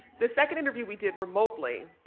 the second interview we did remotely.